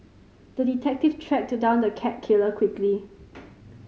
the detective tracked down the cat killer quickly